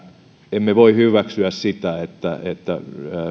emme voi hyväksyä sitä että että